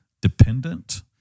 dependent